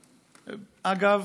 אגב,